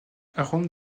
arômes